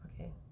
Okay